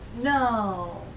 No